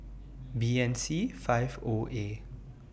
B N C five O A